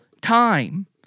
time